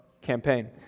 campaign